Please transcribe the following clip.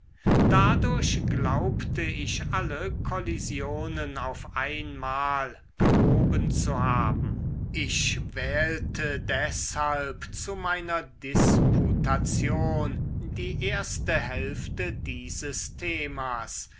dadurch glaubte ich alle kollisionen auf einmal gehoben zu haben ich wählte deshalb zu meiner disputation die erste hälfte dieses themas